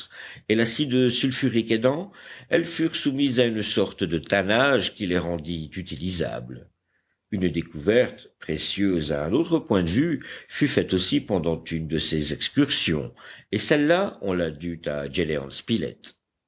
et l'acide sulfurique aidant elles furent soumises à une sorte de tannage qui les rendit utilisables une découverte précieuse à un autre point de vue fut faite aussi pendant une de ces excursions et celle-là on la dut à